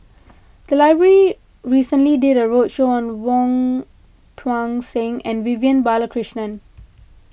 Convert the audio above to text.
the library recently did a roadshow on Wong Tuang Seng and Vivian Balakrishnan